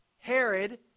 Herod